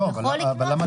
הוא יכול לקנות.